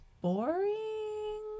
boring